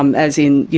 um as in, you